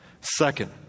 Second